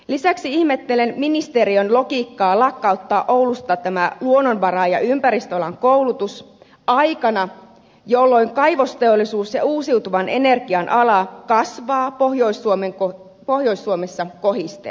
lisäksi ihmettelen ministeriön logiikkaa lakkauttaa oulusta luonnonvara ja ympäristöalan koulutus aikana jolloin kaivosteollisuus ja uusiutuvan energian ala kasvavat pohjois suomessa kohisten